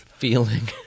feeling